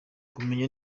kumenya